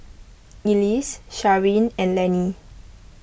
Ellis Sharyn and Lanny